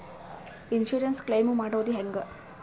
Insurance claim ಮಾಡೋದು ಹೆಂಗ?